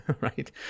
right